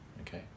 Okay